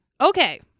Okay